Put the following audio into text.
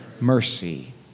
mercy